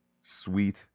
sweet